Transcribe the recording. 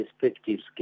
perspectives